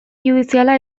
judiziala